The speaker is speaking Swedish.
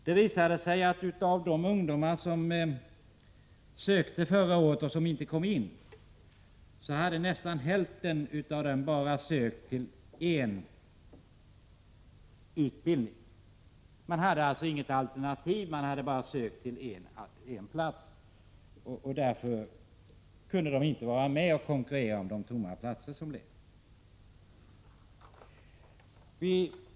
Det visade sig att nästan hälften av de ungdomar som sökte till gymnasieskolan förra året men inte kom in bara hade sökt till en utbildningslinje. De hade alltså inte angett något alternativ utan bara sökt en utbildningslinje. Därför kunde de inte vara med och konkurrera om de tomma platser som uppstod.